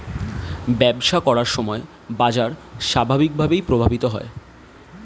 ব্যবসা করার সময় বাজার স্বাভাবিকভাবেই প্রভাবিত হয়